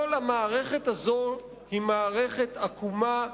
כל המערכת הזאת היא מערכת עקומה,